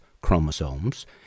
chromosomes